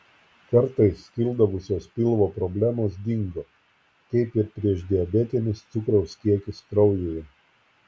kartais kildavusios pilvo problemos dingo kaip ir priešdiabetinis cukraus kiekis kraujyje